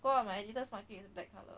got my editor's market is black colour